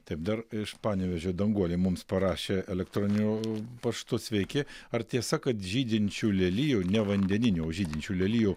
taip dar iš panevėžio danguolė mums parašė elektroniniu paštu sveiki ar tiesa kad žydinčių lelijų ne vandeninių o žydinčių lelijų